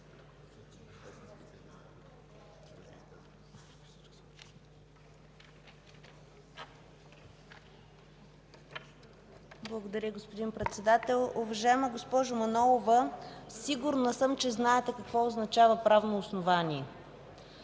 Благодаря, господин Председател. Уважаема госпожо Манолова, сигурна съм, че знаете какво означава правно основание.